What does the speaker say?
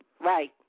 Right